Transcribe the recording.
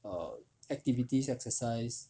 err activity exercise